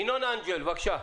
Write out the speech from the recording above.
ינון אנגל, בבקשה.